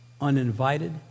uninvited